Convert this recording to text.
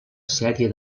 sèrie